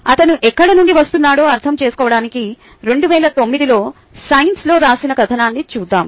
అతను ఎక్కడి నుండి వస్తున్నాడో అర్థం చేసుకోవడానికి 2009 లో సైన్స్ లో రాసిన కథనాన్ని చూద్దాం